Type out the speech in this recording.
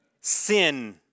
Sin